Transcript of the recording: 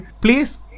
Please